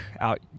out